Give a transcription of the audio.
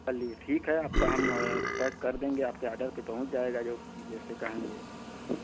चलिए ठीक है आपका हम पैक कर देंगे आपके ऑर्डर पर पहुँच जाएगा जो जैसे कहेंगे